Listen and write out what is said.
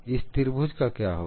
इस त्रिभुज का क्या होगा